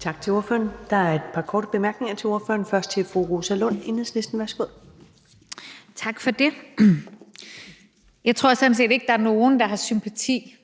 Tak til ordføreren. Der er et par korte bemærkninger til ordføreren, og den første er fra fru Rosa Lund, Enhedslisten. Værsgo. Kl. 23:33 Rosa Lund (EL): Tak for det. Jeg tror sådan set ikke, der er nogen, der har sympati